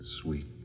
Sweet